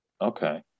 Okay